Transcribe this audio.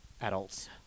adult's